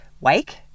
wake